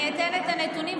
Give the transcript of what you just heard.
אני אתן את הנתונים.